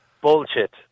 Bullshit